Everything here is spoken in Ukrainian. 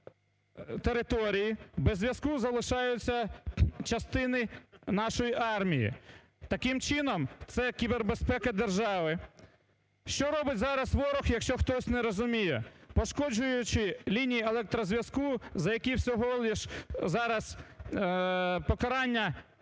території, без зв'язку залишаються частини нашої армії. Таким чином це кібербезпека держави. Що робить зараз ворог, якщо хтось не розуміє. Пошкоджуючи лінії електрозв'язку, за які всього лиш зараз покарання 180 чи